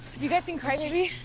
you guys seen crybaby?